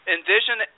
Envision